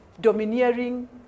domineering